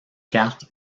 carte